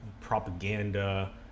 propaganda